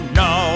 no